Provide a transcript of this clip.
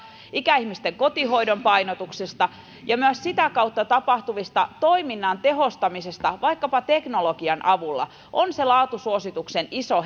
ikäihmisten kotihoidon painotuksista ja myös sitä kautta tapahtuvista toiminnan tehostamisista vaikkapa teknologian avulla on se laatusuosituksen iso